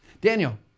Daniel